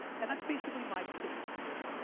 and that's basically my business career.